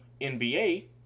NBA